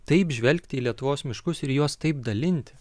taip žvelgti į lietuvos miškus ir juos taip dalinti